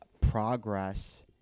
progress